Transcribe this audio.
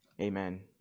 Amen